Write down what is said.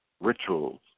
rituals